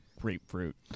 Grapefruit